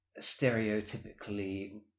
stereotypically